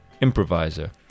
improviser